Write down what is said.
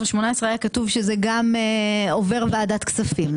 התאמות); ב-2017 ו-2018 היה כתוב שזה עובר גם לוועדת כספים,